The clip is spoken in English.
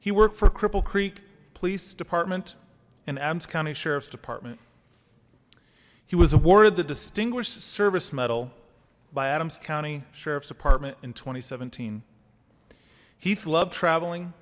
he worked for cripple creek police department in abs county sheriff's department he was awarded the distinguished service medal by adams county sheriff's department in twenty seventeen heath loved traveling